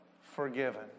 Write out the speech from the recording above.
forgiven